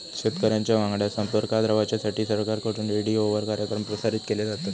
शेतकऱ्यांच्या वांगडा संपर्कात रवाच्यासाठी सरकारकडून रेडीओवर कार्यक्रम प्रसारित केले जातत